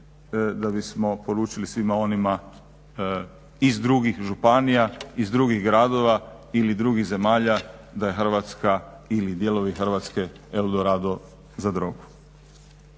da bismo poručili svima onima iz drugih županija iz drugih gradova ili drugih zemalja da je Hrvatska ili dijelovi Hrvatske El Dorado za drogu.